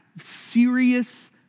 serious